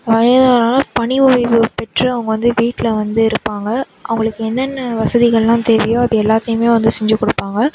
வயதானால் பணி ஓய்வு பெற்று அவங்கள் வந்து வீட்டில் வந்து இருப்பாங்க அவங்களுக்கு என்னென்ன வசதிகள்லாம் தேவையோ அது எல்லாத்தையும் வந்து செஞ்சுக் கொடுப்பாங்க